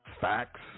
facts